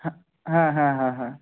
হ্যাঁ হ্যাঁ হ্যাঁ হ্যাঁ হ্যাঁ